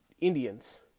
Indians